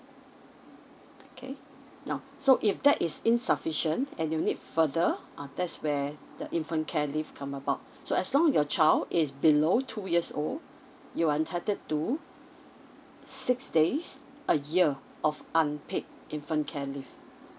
okay now so if that is insufficient and you need further uh that's where the infant care leave come about so as long as your child is below two years old you are entitled to six days a year of unpaid infant care leave